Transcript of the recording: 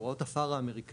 הוראות ה-FAR האמריקאית,